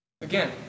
again